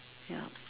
yup